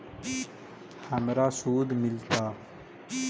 हमरा शुद्ध मिलता?